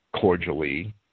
cordially